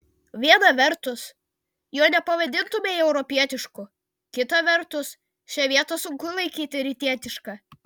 viena vertus jo nepavadintumei europietišku kita vertus šią vietą sunku laikyti rytietiška